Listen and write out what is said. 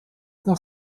nach